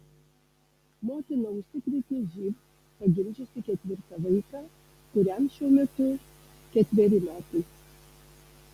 motina užsikrėtė živ pagimdžiusi ketvirtą vaiką kuriam šiuo metu ketveri metai